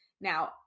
Now